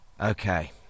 Okay